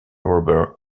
robert